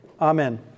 Amen